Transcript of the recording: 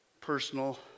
personal